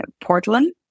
Portland